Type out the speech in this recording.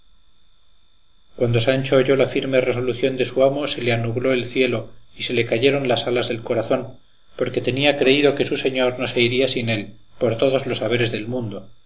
cuando sancho oyó la firme resolución de su amo se le anubló el cielo y se le cayeron las alas del corazón porque tenía creído que su señor no se iría sin él por todos los haberes del mundo